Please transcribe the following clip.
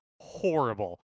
horrible